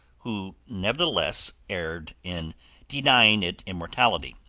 who nevertheless erred in denying it immortality.